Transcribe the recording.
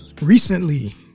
recently